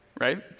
right